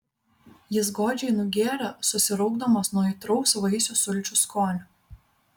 jis godžiai nugėrė susiraukdamas nuo aitraus vaisių sulčių skonio